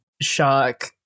Shock